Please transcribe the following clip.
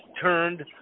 turned